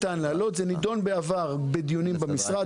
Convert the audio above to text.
נידון בעבר בדיונים במשרד,